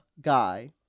Guy